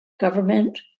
government